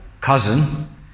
cousin